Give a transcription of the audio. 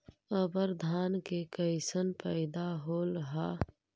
अबर धान के कैसन पैदा होल हा?